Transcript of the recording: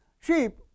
sheep